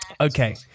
Okay